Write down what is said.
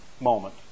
moment